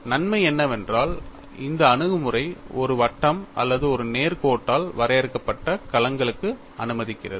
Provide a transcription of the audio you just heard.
நன்மை என்னவென்றால் இந்த அணுகுமுறை ஒரு வட்டம் அல்லது ஒரு நேர் கோட்டால் வரையறுக்கப்பட்ட களங்களுக்கு அனுமதிக்கிறது